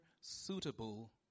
suitable